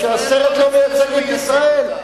שהסרט לא מייצג את ישראל.